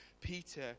Peter